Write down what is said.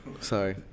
sorry